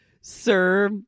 sir